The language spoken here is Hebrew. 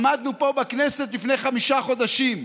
עמדנו פה, בכנסת, לפני חמישה חודשים,